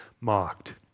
mocked